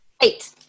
Eight